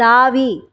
தாவி